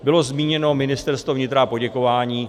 Bylo zmíněno Ministerstvo vnitra a poděkování.